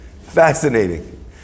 fascinating